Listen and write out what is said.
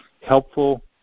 helpful